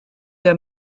der